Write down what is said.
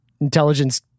intelligence